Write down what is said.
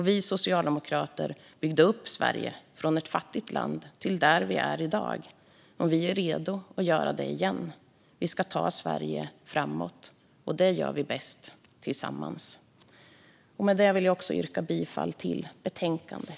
Vi socialdemokrater byggde upp Sverige från ett fattigt land till där vi är i dag. Vi är redo att göra det igen. Vi ska ta Sverige framåt. Det gör vi bäst tillsammans. Med det vill jag yrka bifall till förslaget i betänkandet.